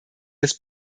des